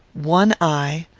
one eye,